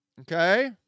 Okay